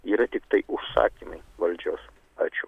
yra tiktai užsakymai valdžios ačiū